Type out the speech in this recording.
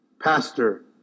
pastor